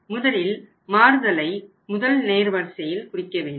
முதலில் மாறுதலை முதல் நேர் வரிசையில் குறிக்க வேண்டும்